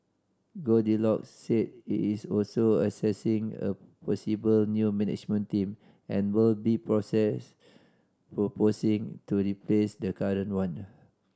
Goldilocks said it is also assessing a possible new management team and will be process proposing to replace the current one